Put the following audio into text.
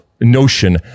notion